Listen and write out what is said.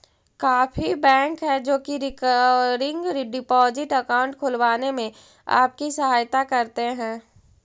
काफी बैंक हैं जो की रिकरिंग डिपॉजिट अकाउंट खुलवाने में आपकी सहायता करते हैं